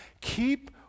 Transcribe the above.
keep